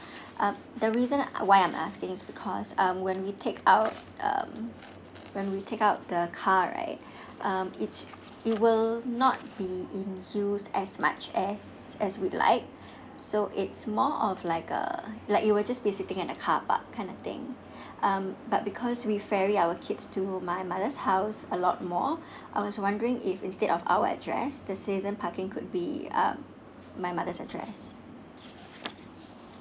um the reason I why I'm asking is because um when we take out um when we take out the car right um it it will not be in use as much as as we like so it's more of like uh like it will just be sitting at the car park kind of thing um but because we ferry our kids to my mother's house a lot more I was wondering if instead of our address the season parking could be um my mother's address